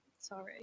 Sorry